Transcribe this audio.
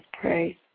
pray